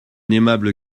aimable